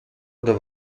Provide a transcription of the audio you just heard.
oder